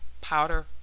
powder